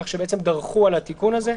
כך שדרכו על התיקון הזה.